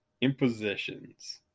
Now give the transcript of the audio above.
impositions